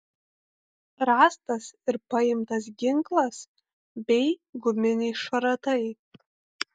rastas ir paimtas ginklas bei guminiai šratai